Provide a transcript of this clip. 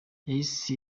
yahise